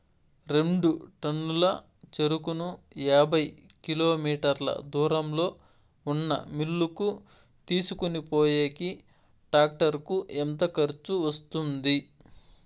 రెండు టన్నుల చెరుకును యాభై కిలోమీటర్ల దూరంలో ఉన్న మిల్లు కు తీసుకొనిపోయేకి టాక్టర్ కు ఎంత ఖర్చు వస్తుంది?